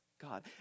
God